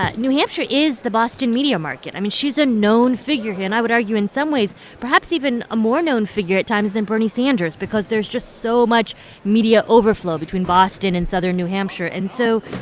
ah new hampshire is the boston media market. i mean, she's a known figure here, and i would argue, in some ways, perhaps even a more known figure at times than bernie sanders because there's just so much media overflow between boston and southern new hampshire and so,